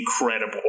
incredible